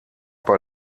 bei